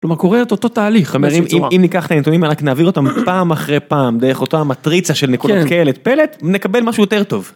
כלומר קורה את אותו תהליך, זאת אומרת אם ניקח את הנתונים ורק נעביר אותם פעם אחרי פעם דרך אותה המטריצה של נקודות כאלה, כן, את פלט ונקבל משהו יותר טוב.